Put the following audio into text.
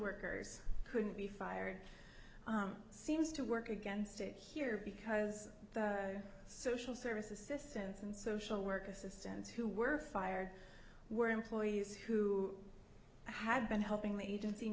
workers couldn't be fired seems to work against it here because the social services assistance and social work assistants who were fired were employees who had been helping the agency